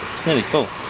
nearly full.